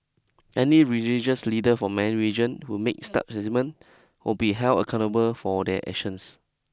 any religious leader from any religion who makes such statement will be held accountable for their actions